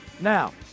Now